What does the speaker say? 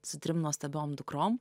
su trim nuostabiom dukrom